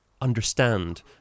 understand